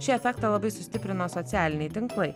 šį efektą labai sustiprina socialiniai tinklai